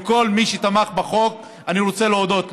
כל מי שתמך בחוק, אני רוצה להודות לו.